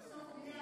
הוא היה